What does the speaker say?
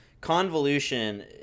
Convolution